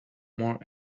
more